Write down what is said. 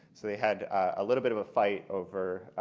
so they had a little bit of a fight over